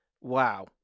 Wow